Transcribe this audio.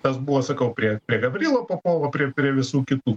tas buvo sakau prie prie gavrilo popovo prie prie visų kitų